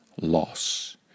loss